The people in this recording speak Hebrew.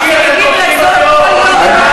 זה כי, אתם, בטרור.